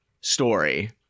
story